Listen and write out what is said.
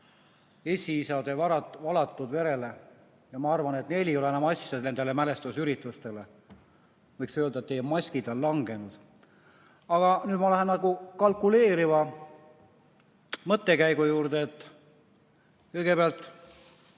esiisade valatud verele ja ma arvan, et neil ei ole enam nendele mälestusüritustele asja. Võiks öelda, et teie maskid on langenud. Aga nüüd ma lähen kalkuleeriva mõttekäigu juurde. Kõigepealt,